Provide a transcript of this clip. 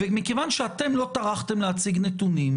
מכיוון שאתם לא טרחתם להציג נתונים,